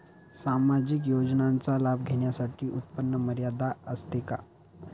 सामाजिक योजनांचा लाभ घेण्यासाठी उत्पन्न मर्यादा असते का?